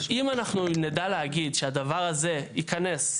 אז אם אנחנו נדע להגיד שהדבר הזה ייכנס,